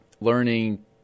learning